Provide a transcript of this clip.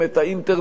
האינטרנט,